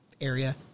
area